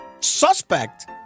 suspect